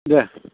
दे